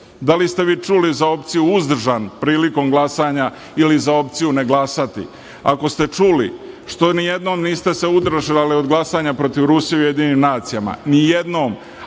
Da li ste vi čuli za opciju „uzdržan“ prilikom glasanja ili za opciju „ne glasati“? Ako ste čuli, što se nijednom niste uzdržali od glasanja protiv Rusije u Ujedinjenim nacijama, nijednom,